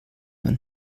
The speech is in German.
man